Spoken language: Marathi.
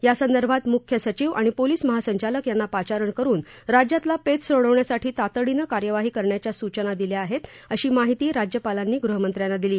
या संदर्भात मुख्य सचिव आणि पोलीस महासंचालक यांना पाचारण करुन राज्यातला पेच सोडवण्यासाठी तातडीनं कार्यवाही करण्याच्या सूचना दिल्या आहेत अशी माहिती राज्यपालांनी गृहमंत्र्यांना दिली